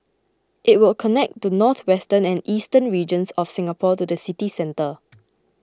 it will connect the northwestern and eastern regions of Singapore to the city centre